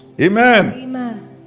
Amen